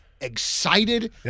excited